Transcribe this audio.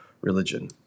religion